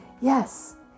yes